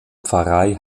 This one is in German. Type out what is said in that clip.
pfarrei